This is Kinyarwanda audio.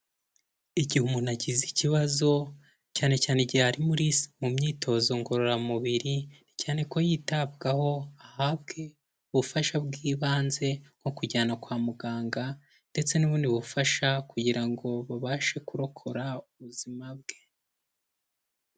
Igihe umuntu agize ikibazo cyane cyane igihe ari mu myitozo ngororamubiri cyane ko yitabwaho ahabwe ubufasha bw'ibanze nko kujyana kwa muganga ndetse n'ubundi bufasha kugira ngo babashe kurokora ubuzima bwe.